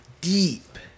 deep